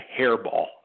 hairball